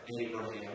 Abraham